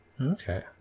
Okay